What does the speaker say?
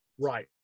Right